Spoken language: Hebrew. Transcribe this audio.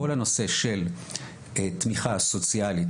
כל הנושא של תמיכה סוציאלית,